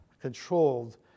controlled